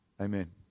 Amen